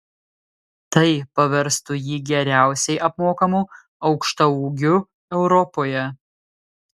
tai paverstų jį geriausiai apmokamu aukštaūgiu europoje